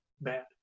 bad